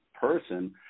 person